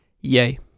Yay